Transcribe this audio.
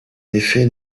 effet